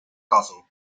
caso